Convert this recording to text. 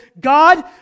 God